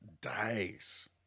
days